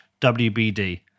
WBD